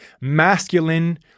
masculine